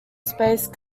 space